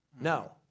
No